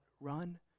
run